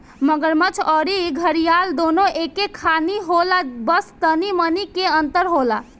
मगरमच्छ अउरी घड़ियाल दूनो एके खानी होला बस तनी मनी के अंतर होला